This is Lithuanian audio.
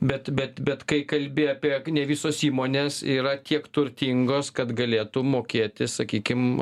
bet bet kai kalbi apie ne visos įmonės yra tiek turtingos kad galėtų mokėti sakykim